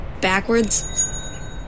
backwards